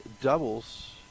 doubles